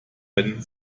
wenn